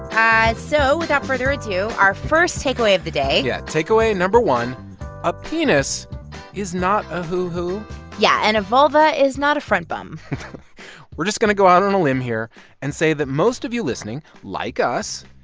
um so without further ado, our first takeaway of the day yeah takeaway no. one a penis is not a hoo-hoo yeah. and a vulva is not a front bum we're just going to go out on a limb here and say that most of you listening, like us,